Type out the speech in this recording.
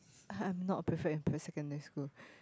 I'm not a prefect in p~ secondary school